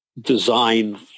design